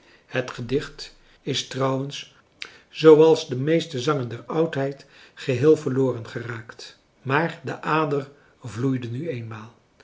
het gedicht is trouwens zooals de meeste zangen der oudheid geheel verloren geraakt maar de ader vloeide nu eenmaal